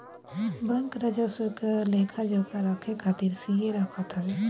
bank राजस्व क लेखा जोखा रखे खातिर सीए रखत हवे